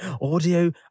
Audio